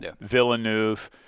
Villeneuve